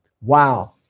Wow